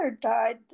died